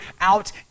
out